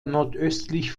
nordöstlich